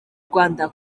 rwanda